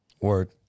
Word